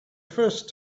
first